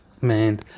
man